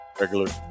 regular